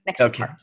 Okay